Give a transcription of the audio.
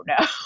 no